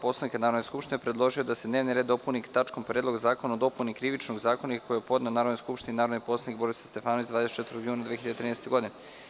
Poslovnika Narodne skupštine, predložio da se dnevni red dopuni tačkom – Predlog zakona o dopuni Krivičnog zakonika koji je podneo Narodnoj skupštini narodni poslanik Borislav Stefanović 24. juna 2013. godine.